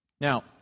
Now